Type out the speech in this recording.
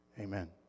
Amen